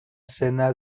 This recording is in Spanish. escena